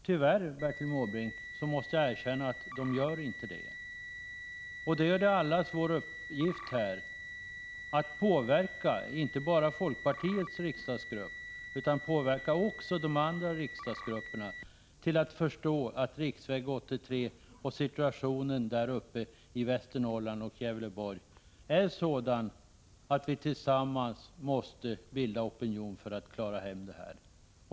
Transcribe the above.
Tyvärr, Bertil Måbrink, måste jag erkänna att den inte gör det. Då är det allas vår uppgift att påverka inte folkpartiets riksdagsgrupp utan även de andra riksdagsgrupperna så att de förstår att riksväg 83 och situationen i Västernorrland och i Gävleborg är sådan att vi tillsammans måste bilda opinion för att klara detta.